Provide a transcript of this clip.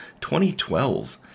2012